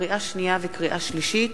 לקריאה שנייה ולקריאה שלישית,